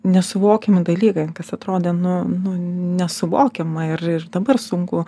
nesuvokiami dalykai kas atrodė nu nesuvokiama ir ir dabar sunku